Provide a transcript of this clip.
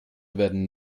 werden